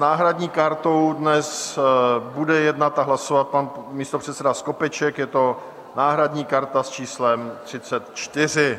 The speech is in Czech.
S náhradní kartou dnes bude jednat a hlasovat pan místopředseda Skopeček, je to náhradní karta s číslem 34.